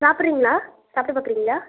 சாப்புடுறீங்களா சாப்பிட்டு பார்க்கறீங்களா